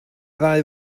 ddau